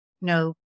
no